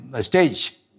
stage